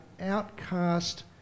outcast